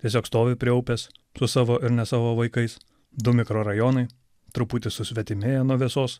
tiesiog stovi prie upės su savo ir ne savo vaikais du mikrorajonai truputį susvetimėję nuo vėsos